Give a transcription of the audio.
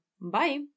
Bye